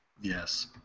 Yes